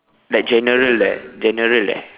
like general eh general eh